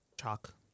Chalk